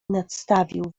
nadstawił